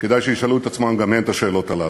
כדאי שישאלו את עצמם גם הם את השאלות האלה.